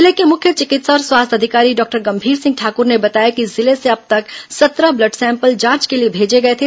जिले के मुख्य चिकित्सा और स्वास्थ्य अधिकारी डॉक्टर गंभीर सिंह ठाकर ने बताया कि जिले से अब तक सत्रह ब्लड सैंपल जांच के लिए भेजे गए थे